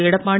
Edappadi